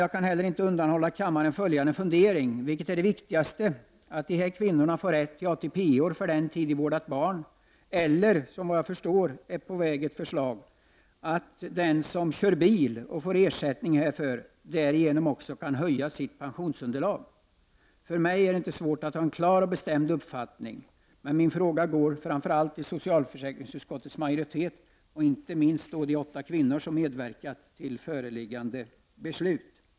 Jag kan heller inte undanhålla kammaren följande funderingar: Vilket är viktigast — att de här kvinnorna får rätt till ATP-år för den tid de vårdat barn eller att de som kör bil och får ersättning härför därigenom också höjer sitt pensionsunderlag? Jag har förstått att ett sådant förslag är på väg. För mig är det inte svårt att ha en klar och bestämd uppfattning, men min fråga går framför allt till socialförsäkringsutskottets majoritet och inte minst då de åtta kvinnor som medverkat till föreliggande beslut.